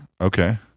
Okay